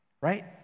right